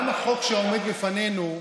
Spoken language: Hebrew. החוק שעומד לפנינו,